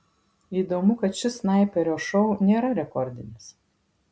įdomu kad šis snaiperio šou nėra rekordinis